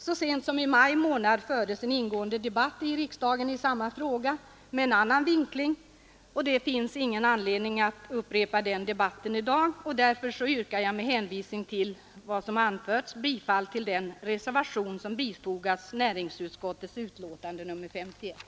Så sent som i maj månad i år fördes en ingående debatt i riksdagen i samma fråga med en annan vinkling, det finns ingen anledning att upprepa den debatten i dag. Därför yrkar jag med hänvisning till vad som anförts bifall till den reservation som bifogats näringsutskottets betänkande nr 51.